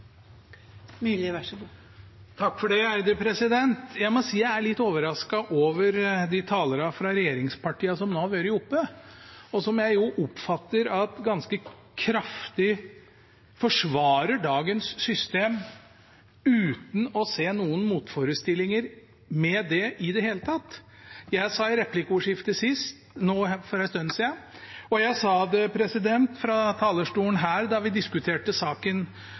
Jeg må si jeg er litt overrasket over de talerne fra regjeringspartiene som nå har vært oppe, og som jeg oppfatter ganske kraftig forsvarer dagens system uten å se noen motforestillinger med det i det hele tatt. Jeg sa det i replikkordskiftet nå for en stund siden, og jeg sa det fra talerstolen her da vi diskuterte saken